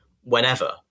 whenever